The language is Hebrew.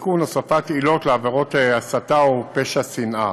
(תיקון, הוספת עילות לעבירות הסתה ופשע שנאה),